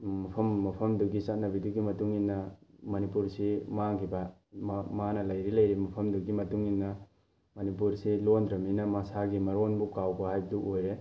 ꯃꯐꯝ ꯃꯐꯝꯗꯨꯒꯤ ꯆꯠꯅꯕꯤꯗꯨꯒꯤ ꯃꯇꯨꯡ ꯏꯟꯅ ꯃꯅꯤꯄꯨꯔꯁꯤ ꯃꯥꯡꯈꯤꯕ ꯃꯥꯅ ꯂꯩꯔꯤ ꯂꯩꯔꯤꯕ ꯃꯐꯝꯗꯨꯒꯤ ꯃꯇꯨꯡ ꯏꯟꯅ ꯃꯅꯤꯄꯨꯔꯁꯤ ꯂꯣꯟꯗ꯭ꯔꯕꯅꯤꯅ ꯃꯁꯥꯒꯤ ꯃꯔꯣꯟꯕꯨ ꯀꯥꯎꯕ ꯍꯥꯏꯕꯗꯨ ꯑꯣꯏꯔꯦ